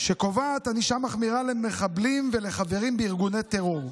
שקובעת ענישה מחמירה למחבלים ולחברים בארגוני טרור.